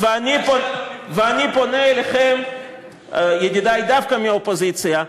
ואני פונה אליכם, ידידי דווקא מהאופוזיציה,